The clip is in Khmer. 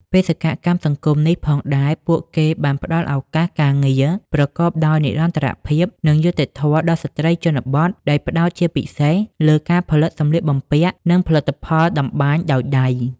បេសកកម្មសង្គមនេះផងដែរពួកគេបានផ្តល់ឱកាសការងារប្រកបដោយនិរន្តរភាព និងយុត្តិធម៌ដល់ស្ត្រីជនបទ ដោយផ្តោតជាពិសេសលើការផលិតសម្លៀកបំពាក់ និងផលិតផលតម្បាញដោយដៃ ។